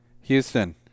Houston